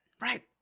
right